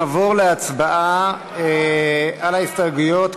נעבור להצבעה על ההסתייגויות,